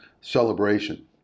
celebration